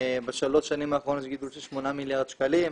בשלוש השנים האחרונות יש גידול של שמונה מיליארד שקלים.